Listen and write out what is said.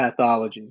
pathologies